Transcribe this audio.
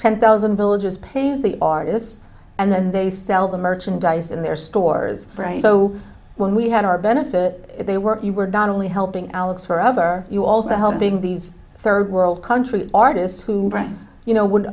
ten thousand villages pays the artists and then they sell the merchandise in their stores right so when we had our benefit they were you were not only helping alex for us are you also helping these third world country artists who you know would